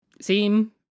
seem